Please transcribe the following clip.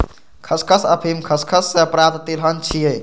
खसखस अफीम खसखस सं प्राप्त तिलहन छियै